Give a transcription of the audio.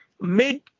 mid